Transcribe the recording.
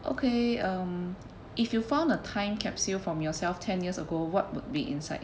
okay um if you found a time capsule from yourself ten years ago what would be inside